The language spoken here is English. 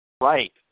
Right